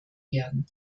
werden